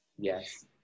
Yes